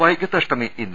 വൈക്കത്തഷ്ടമി ഇന്ന്